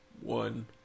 one